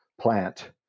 plant